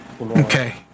Okay